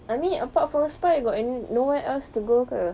I mean apart spa you got any nowhere else to go ke